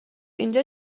اینجا